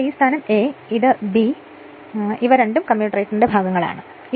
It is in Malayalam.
ഇവിടെ ഈ സ്ഥാനം എ ഈ ഭാഗം ബി ഇവ രണ്ടും കമ്മ്യൂട്ടേറ്റർ ന്റെ ഭാഗങ്ങളാണെന്ന് കരുതുക